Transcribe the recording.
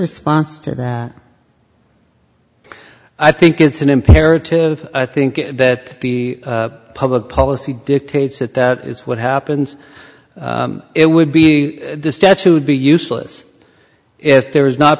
response to that i think it's an imperative i think that the public policy dictates that that is what happens it would be the statute be useless if there is not